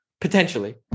potentially